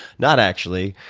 not actually,